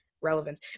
relevance